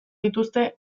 dituzte